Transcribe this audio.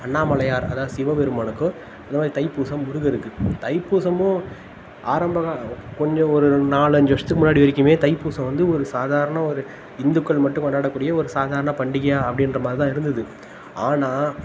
அண்ணாமலையார் அதாவது சிவபெருமானுக்கோ அந்தமாதிரி தைப்பூசம் முருகருக்கு தைப்பூசமும் ஆரம்ப கா கொஞ்சம் ஒரு நாலஞ்சு வருஷத்துக்கு முன்னாடி வரைக்குமே தைப்பூசம் வந்து ஒரு சாதாரண ஒரு இந்துக்கள் மட்டும் கொண்டாடக்கூடிய ஒரு சாதாரண பண்டிகையாக அப்படிங்ற மாதிரிதான் இருந்தது ஆனால்